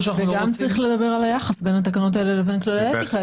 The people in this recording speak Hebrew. וגם צריך לדבר על היחס בין התקנות האלה לבין כללי האתיקה.